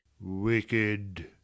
Wicked